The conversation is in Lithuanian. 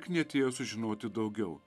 knietėjo sužinoti daugiau